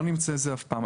לא נצא מזה אף פעם.